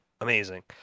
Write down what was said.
amazing